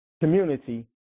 community